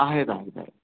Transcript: आहेत आहेत आहेत